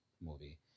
movie